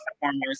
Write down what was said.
performers